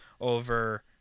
over